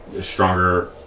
stronger